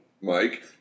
Mike